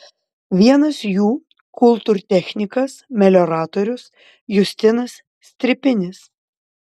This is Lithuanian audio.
vienas jų kultūrtechnikas melioratorius justinas stripinis